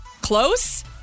Close